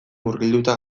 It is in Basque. murgilduta